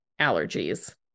allergies